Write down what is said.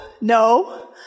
no